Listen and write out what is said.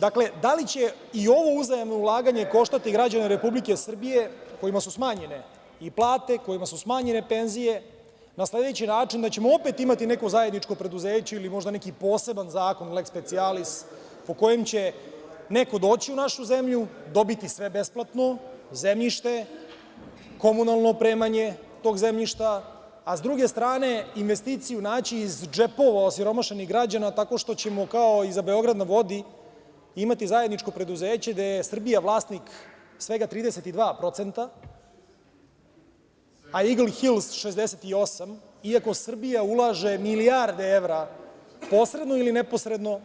Dakle, da li će i ovo uzajamno ulaganje koštati građane Republike Srbije, kojima su smanjene i plate, kojima su smanjene penzije, na sledeći način da ćemo opet imati neko zajedničko preduzeće ili možda neki poseban zakon, leks specijalis, po kojem će neko doći u našu zemlju, dobiti sve besplatno, zemljište, komunalno opremanje tog zemljišta, a s druge strane, investiciju naći iz džepova osiromašenih građana tako što ćemo kao i za „Beograd na vodi“ imati zajedničko preduzeće, gde je Srbija vlasnik svega 32%, a „Igl hils“ 68%, iako Srbija ulaže milijarde evra posredno ili neposredno,